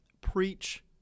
preach